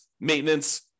maintenance